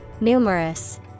Numerous